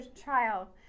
trial